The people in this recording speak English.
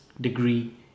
degree